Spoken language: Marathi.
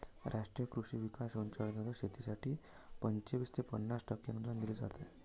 राष्ट्रीय कृषी विकास योजनेंतर्गत शेतीसाठी पंचवीस ते पन्नास टक्के अनुदान दिले जात होते